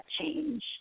change